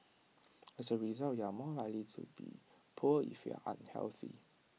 as A result you are more likely be poor if you are unhealthy